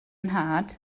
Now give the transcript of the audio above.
nhad